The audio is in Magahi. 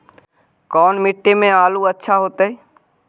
कोन मट्टी में आलु अच्छा होतै?